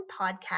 podcast